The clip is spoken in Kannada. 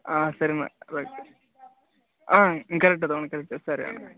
ಹಾಂ ಸರಿ ಮಾ ಅಣ್ಣ ಹ್ಞೂ ಕರೆಕ್ಟ್ ಅದವೆ ಅಣ್ಣ ಕರೆಕ್ಟ್ ಸರಿ ಅಣ್ಣ